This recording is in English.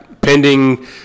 pending